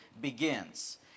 begins